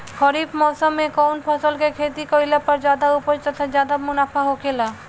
खरीफ़ मौसम में कउन फसल के खेती कइला पर ज्यादा उपज तथा ज्यादा मुनाफा होखेला?